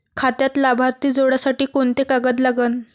खात्यात लाभार्थी जोडासाठी कोंते कागद लागन?